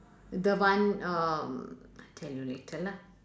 the one um tell you later lah